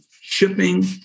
shipping